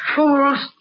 Fools